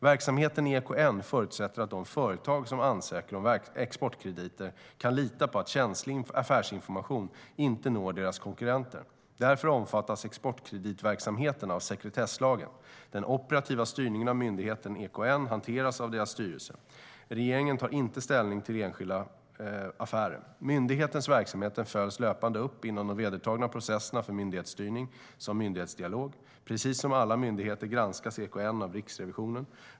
Verksamheten i EKN förutsätter att de företag som ansöker om exportkrediter kan lita på att känslig affärsinformation inte når deras konkurrenter. Därför omfattas exportkreditverksamheten av sekretesslagen. Den operativa styrningen av myndigheten EKN hanteras av dess styrelse. Regeringen tar inte ställning till enskilda affärer. Myndighetens verksamhet följs löpande upp inom de vedertagna processerna för myndighetsstyrning som myndighetsdialog. Precis som alla myndigheter granskas EKN av Riksrevisionen.